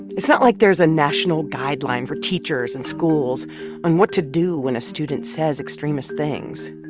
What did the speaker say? it's not like there's a national guideline for teachers and schools on what to do when a student says extremist things.